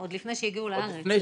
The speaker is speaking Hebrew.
עוד לפני שהגיעו לארץ.